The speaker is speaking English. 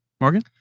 Morgan